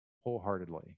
wholeheartedly